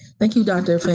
thank you, dr. fain.